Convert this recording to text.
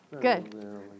good